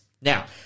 Now